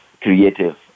creative